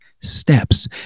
steps